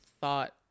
thought